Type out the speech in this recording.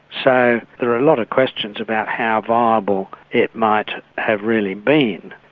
so there are a lot of questions about how viable it might have really been.